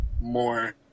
more